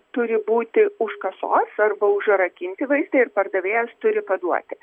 turi būti už kasos arba užrakinti vaistai ir pardavėjas turi paduoti